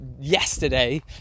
yesterday